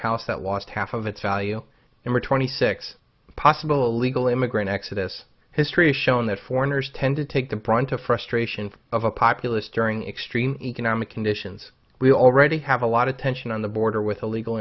house that lost half of its value number twenty six possible illegal immigrant exodus history has shown that foreigners tend to take the brunt to frustration of a populace during extreme economic conditions we already have a lot of tension on the border with illegal